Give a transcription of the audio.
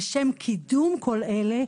לשם קידום כל אלה",